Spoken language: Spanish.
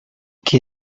que